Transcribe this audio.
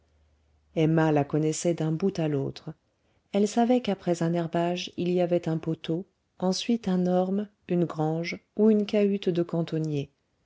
emma la connaissait d'un bout à l'autre elle savait qu'après un herbage il y avait un poteau ensuite un orme une grange ou une cahute de cantonnier